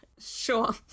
Sure